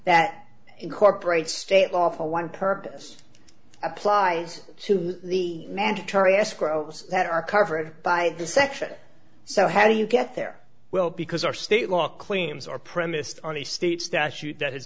that incorporates state law for one purpose applies to the mandatory escrow those that are covered by the section so how do you get there well because our state law claims are premised on a state statute that has